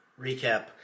recap